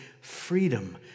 freedom